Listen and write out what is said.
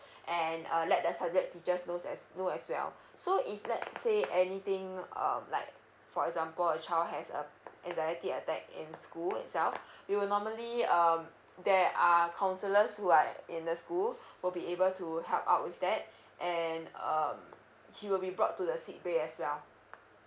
and uh let the subject teachers knows as know as well so if let's say anything um like for example a child has uh anxiety attack in school itself we will normally um that are counsellors who are in the school will be able to help out with that and um she will be brought to the sick bay as well